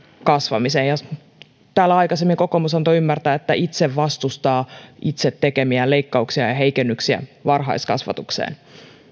kasvamiseen täällä aikaisemmin kokoomus antoi ymmärtää että itse vastustaa itse tekemiään leikkauksia ja heikennyksiä varhaiskasvatukseen